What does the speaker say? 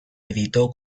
editó